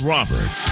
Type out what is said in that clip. Robert